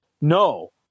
no